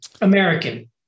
American